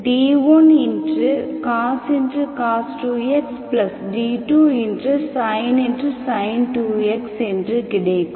vx1xd1cos 2x d2sin 2x என்று கிடைக்கும்